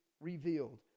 revealed